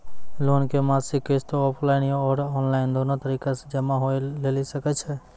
Loan के मासिक किस्त ऑफलाइन और ऑनलाइन दोनो तरीका से जमा होय लेली सकै छै?